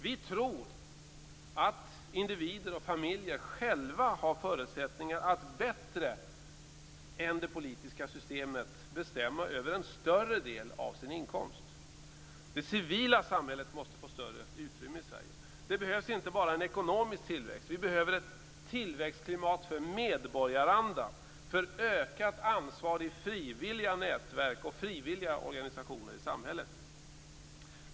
Vi tror att individer och familjer själva har förutsättningar att bättre än det politiska systemet bestämma över en större del av sin egen inkomst. Det civila samhället måste få större utrymme i Sverige. Det behövs inte bara en ekonomisk tillväxt. Vi behöver också ett tillväxtklimat för medborgaranda, för ökat ansvar i frivilliga nätverk och frivilliga organisationer i samhället.